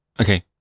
Okay